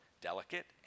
delicate